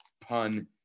pun